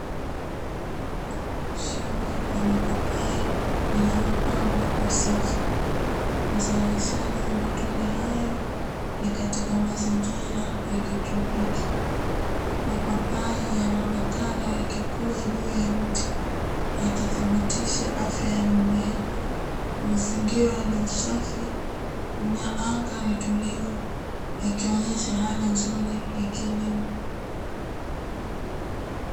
Shamba la mipapai lililopangwa kwa safu. Uzalishaji wa matunda hayo ni katika mazingira ya kitropiki. Mapapai yanaonekana yakikua juu ya mti yakithibitisha afya ya mimea. Mazingiria ni safi anga ni tulivu yakionyesha hali nzuri ya kilimo.